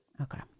Okay